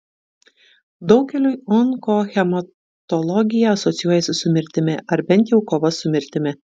daugeliui onkohematologija asocijuojasi su mirtimi ar bent jau kova su mirtimi